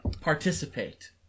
participate